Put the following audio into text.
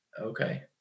Okay